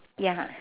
ya